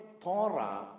Torah